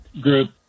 group